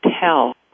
tell